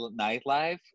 nightlife